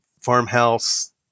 farmhouse